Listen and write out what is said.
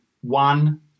one